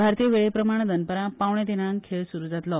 भारतीय वेळेप्रमाण दनपारा पावणे तीनांक खेळ सुरू जातलो